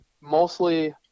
mostly